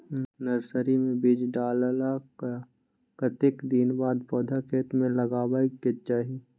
Nursery मे बीज डाललाक कतेक दिन के बाद पौधा खेत मे लगाबैक चाही?